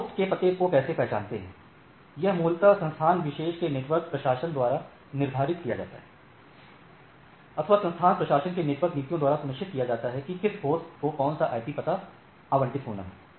हम होस्ट के पते को कैसे पहचानते हैं यह मूलतः संस्थान विशेष के नेटवर्क प्रशाशन द्वारा निर्धारित किया जाता है अथवा संस्था प्रशासन के नेटवर्क नीतियों द्वारा सुनिश्चित किया जाता है की किस होस्ट को कौन सा आईपी पता आवंटित होना है